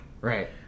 Right